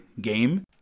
game